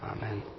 Amen